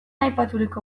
aipaturiko